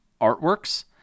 artworks